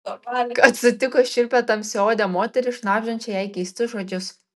kad sutiko šiurpią tamsiaodę moterį šnabždančią jai keistus žodžius